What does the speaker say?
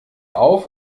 auf